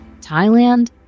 Thailand